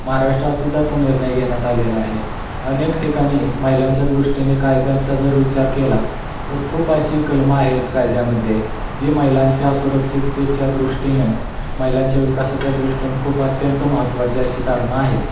महाराष्ट्रातसुद्धा तो निर्णय घेण्यात आलेला आहे अनेक ठिकाणी महिलांच्या दृष्टीने कायद्यांचा जर विचार केला तर खूप अशी कलम आहेत कायद्यामध्ये जी महिलांच्या सुरक्षितेच्या दृष्टीने महिलांच्या विकासाच्या दृष्टीने खूप अत्यंत महत्वाची अशी कारण आहेत